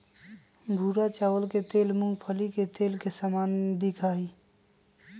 भूरा चावल के तेल मूंगफली के तेल के समान दिखा हई